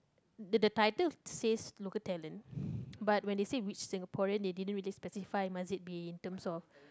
the the title says local talent but when they said which Singaporean that didn't really specify must be in terms of